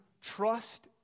trust